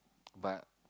but